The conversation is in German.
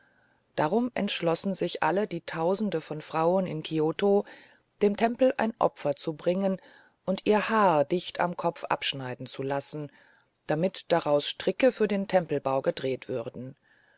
darum entschlossen sich alle die tausende von frauen in kioto dem tempel ein opfer zu bringen und ihr haar dicht am kopf abschneiden zu lassen damit daraus stricke für den tempelbau gedreht würden